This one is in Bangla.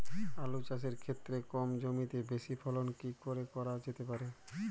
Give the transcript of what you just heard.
আলু চাষের ক্ষেত্রে কম জমিতে বেশি ফলন কি করে করা যেতে পারে?